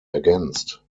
ergänzt